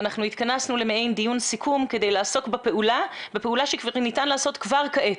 התכנסנו למעין דיון סיכום כדי לעסוק בפעולה שכבר ניתן לעשות כבר עתה,